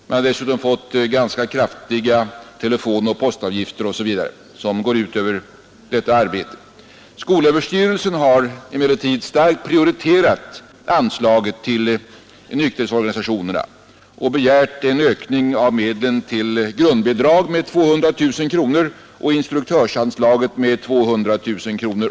Man har dessutom fått ganska kraftigt ökade telefonoch postavgifter. Skolöverstyrelsen har starkt prioriterat anslaget till nykterhetsorganisationerna och begärt en ökning av medlen till grundbidrag med 200 000 kronor och instruktörsanslaget också med 200 000 kronor.